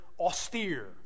austere